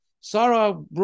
Sarah